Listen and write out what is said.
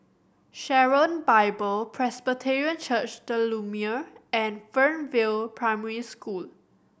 Sharon Bible Presbyterian Church The Lumiere and Fernvale Primary School